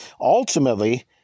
Ultimately